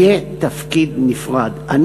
יהיו תפקידים נפרדים.